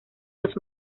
los